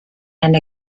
and